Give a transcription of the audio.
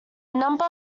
number